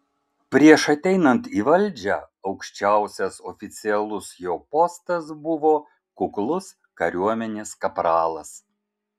prieš ateinant į valdžią aukščiausias oficialus jo postas buvo kuklus kariuomenės kapralas